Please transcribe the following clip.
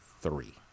three